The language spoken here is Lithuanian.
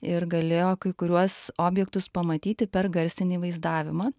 ir galėjo kai kuriuos objektus pamatyti per garsinį vaizdavimą